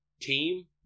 team